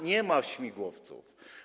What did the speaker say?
Nie ma śmigłowców.